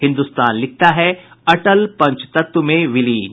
हिन्दुस्तान लिखता है अटल पंचतत्व में विलीन